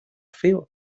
feo